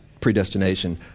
predestination